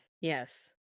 yes